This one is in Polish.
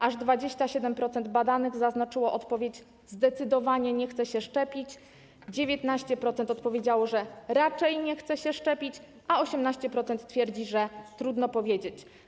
Aż 27% badanych zaznaczyło odpowiedź: zdecydowanie nie chcę się szczepić, 19% odpowiedziało, że raczej nie chce się szczepić, a 18% twierdzi, że trudno powiedzieć.